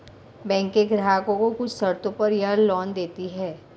बैकें ग्राहकों को कुछ शर्तों पर यह लोन देतीं हैं